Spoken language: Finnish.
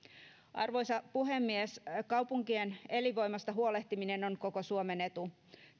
arvoisa puhemies kaupunkien elinvoimasta huolehtiminen on koko suomen etu